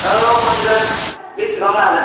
औ मोनगोन बेसेबां लागोन